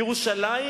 ירושלים